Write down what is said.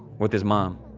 with his mom.